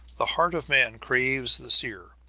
the heart of man craves the seer.